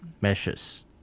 measures